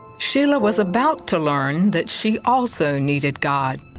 sheila was about to learn that she also needed god.